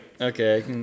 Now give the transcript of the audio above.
Okay